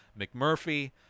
McMurphy